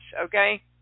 okay